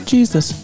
Jesus